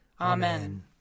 Amen